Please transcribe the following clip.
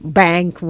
bank